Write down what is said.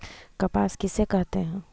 कपास किसे कहते हैं?